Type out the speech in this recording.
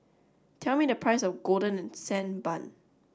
tell me the price of Golden Sand Bun